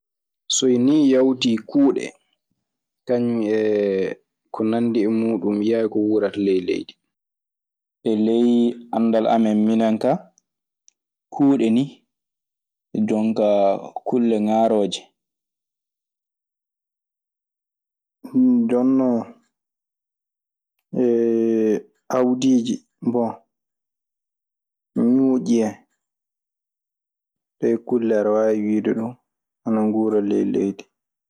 Soynii yawtii kuuɗe kañun e ko nandi e muuɗun, mi yi'aayi ko ɗuurata ley leydi. E ley anndal amen minen kaa, kuuɗe nii jon kaa kulle ŋaarooje. Jonnon awdiiji, bon, ñuuƴi en. Ɗee kulle aɗe waawi wiide ɗun ana nguura ley leydi.